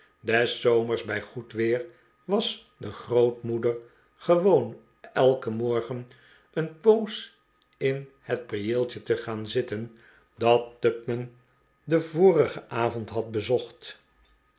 des zomers bij goed weer was de grootmoeder gewoon elken morgen een poos in het prieeltje te gaan zitten dat tupman den vorigen avond had bezocht